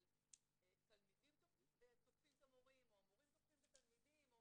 של תלמידים תוקפים את המורים או המורים תוקפים את התלמידים.